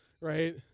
Right